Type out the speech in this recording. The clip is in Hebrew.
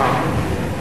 מסורת,